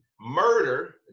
murder